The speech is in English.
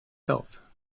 health